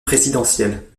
présidentielle